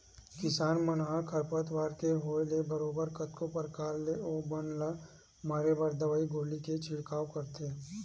किसान मन ह खरपतवार के होय ले बरोबर कतको परकार ले ओ बन ल मारे बर दवई गोली के छिड़काव करथे